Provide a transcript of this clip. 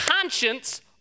conscience